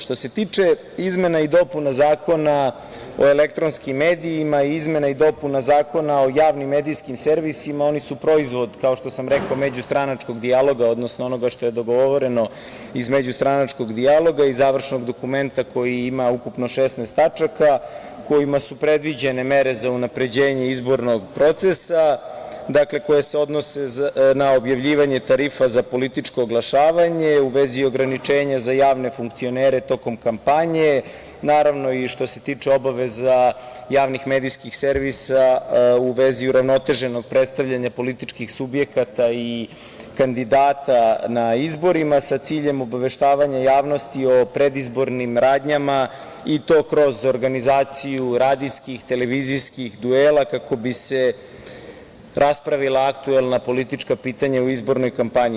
Što se tiče izmena i dopuna zakona o elektronskim medijima, izmena i dopuna zakona o javnim i medijskim servisima, oni su proizvod međustranačkog dijaloga, odnosno onoga što je dogovoreno između međustranačkog dijaloga i završnog dokumenta koji ima ukupno 16 tačaka, kojima su predviđene mere za unapređenje izbornog procesa, a koje se odnose na objavljivanje tarifa za političko oglašavanje u vezi ograničenja za javne funkcionere tokom kampanje, naravno i što se tiče obaveza javnih medijskih servisa u vezi uravnoteženog predstavljanja političkih subjekata i kandidata na izborima, sa ciljem obaveštavanja javnosti o predizbornim radnjama i to kroz organizaciju radijskih, televizijskih duela kako bi se raspravila aktuelna politička pitanja u izbornoj kampanji.